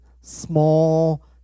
small